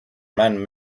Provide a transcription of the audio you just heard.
man